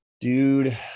Dude